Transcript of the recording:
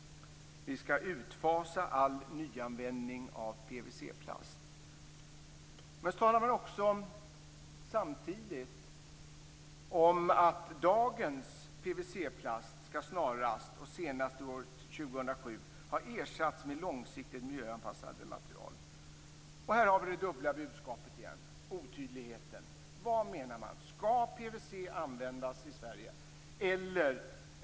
Vi skall utfasa all nyanvändning av PVC-plast. Men samtidigt talar man om att dagens PVC-plast snarast och senast år 2007 skall ha ersatts med långsiktigt miljöanpassat material. Här har vi det dubbla budskapet igen, otydligheten. Vad menar man? Skall PVC användas i Sverige?